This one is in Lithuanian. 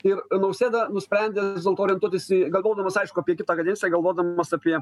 ir nausėda nusprendė vis dėlto orientuotis į galvodamas aišku apie kitą kadenciją galvodamas apie